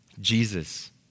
Jesus